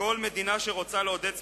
כל מדינה שרוצה לעודד צמיחה,